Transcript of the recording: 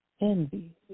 envy